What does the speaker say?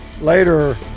Later